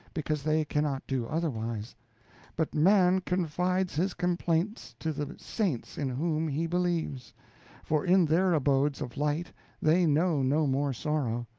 because they cannot do otherwise but man confides his complaints to the saints in whom he believes for in their abodes of light they know no more sorrow.